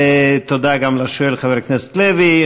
תודה גם לשואל, חבר הכנסת לוי.